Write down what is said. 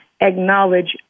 acknowledge